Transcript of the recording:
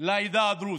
לעדה הדרוזית,